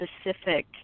specific